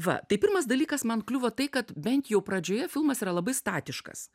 va tai pirmas dalykas man kliuvo tai kad bent jau pradžioje filmas yra labai statiškas